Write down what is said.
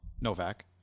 Novak